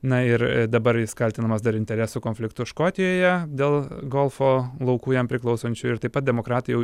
na ir dabar jis kaltinamas dar interesų konfliktu škotijoje dėl golfo laukų jam priklausančių ir taip pat demokratai jau